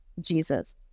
Jesus